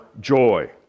joy